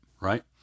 right